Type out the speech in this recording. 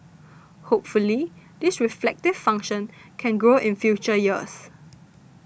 hopefully this reflective function can grow in future years